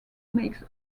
makes